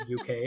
UK